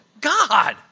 God